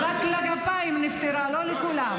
נפתרה רק לגפיים, ולא לכולם.